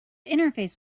interface